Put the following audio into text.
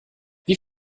wie